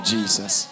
Jesus